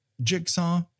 jigsaw